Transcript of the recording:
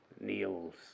kneels